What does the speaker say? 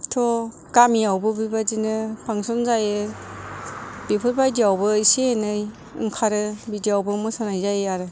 थ' गामियावबो बिदिनो फांसन जायो बेफोर बायदियावबो एसे एनै ओंखारो बिदियावबो मोसानाय जायो आरो